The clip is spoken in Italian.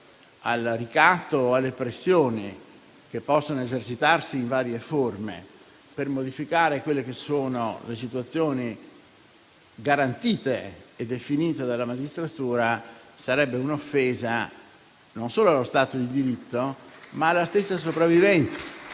al ricatto o alle pressioni che possono esercitarsi in varie forme per modificare le situazioni garantite e definite dalla magistratura sarebbe un'offesa non solo allo Stato di diritto, ma alla stessa sopravvivenza